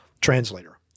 translator